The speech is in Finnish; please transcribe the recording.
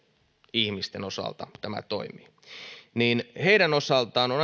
ihmisten osalta tämä toimii heidän osaltaan on